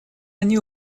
они